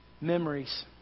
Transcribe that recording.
Memories